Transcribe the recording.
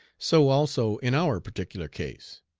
so also in our particular case.